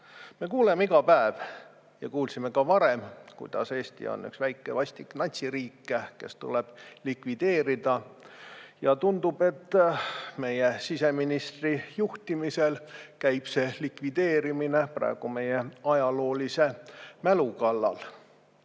Me kuuleme iga päev ja kuulsime ka varem, kuidas Eesti on üks väike vastik natsiriik, kes tuleb likvideerida. Ja tundub, et meie siseministri juhtimisel käib see likvideerimine praegu meie ajaloolise mälu